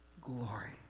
Glory